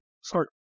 start